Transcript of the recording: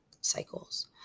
cycles